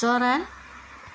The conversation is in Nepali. चरा